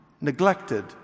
neglected